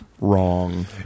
wrong